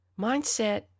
Mindset